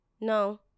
no